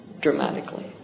dramatically